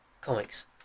comics